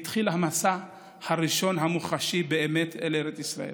התחיל המסע הראשון המוחשי באמת אל ארץ ישראל.